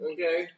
Okay